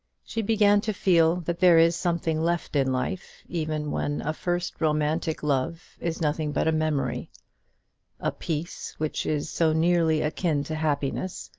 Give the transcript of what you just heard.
she began to feel that there is something left in life even when a first romantic love is nothing but a memory a peace which is so nearly akin to happiness,